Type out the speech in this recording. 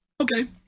Okay